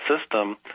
system